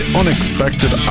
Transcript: unexpected